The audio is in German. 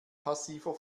passiver